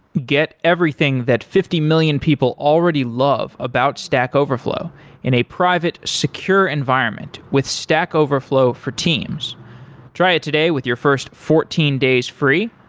get everything that fifty million people already love about stack overflow in a private secure environment with stack overflow for teams try it today with your first fourteen days free,